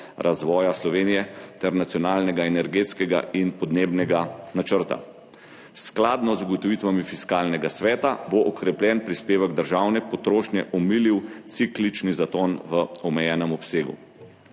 razvoja Slovenije ter Nacionalnega energetskega in podnebnega načrta. Skladno z ugotovitvami Fiskalnega sveta bo okrepljen prispevek državne potrošnje omilil ciklični zaton v omejenem obsegu.